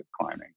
climbing